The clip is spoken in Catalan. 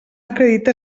acredita